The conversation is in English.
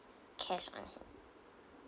cash on hand